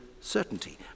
certainty